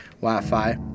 Wi-Fi